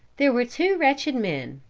there were two wretched men,